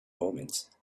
omens